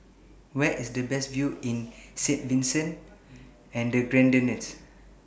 Where IS The Best View in Saint Vincent and The Grenadines